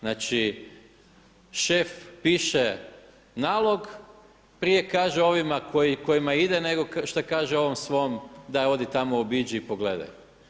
Znači šef piše nalog, prije kaže ovima kojima ide nego što kaže ovom svom daj odi tamo obiđi i pogledaj.